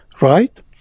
right